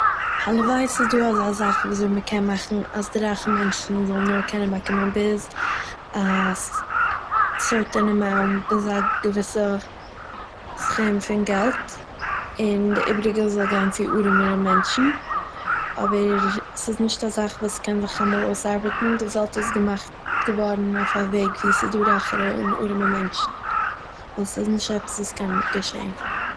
הלוואי ס'איז דא אזא זאך וואס מ'קען מאכן אז די רייכע מענטשן זאלן נאר קענען באקומען ביז א סערטיין אמאונט - ביז א געוויסע סכום פון געלט, און די איבעריגע זאל גיין צו ארעמערע מענטשן, אבער ס'איז נישט א זאך וואס קען זיך אמאל אויסארבעטן, די וועלט איז געמאכט געווארן אויף א וועג וואו ס'איז דא רייכערע און ארעמע מענטשן ווייל ס'איז נישט עפעס וואס קען געשען